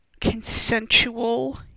consensual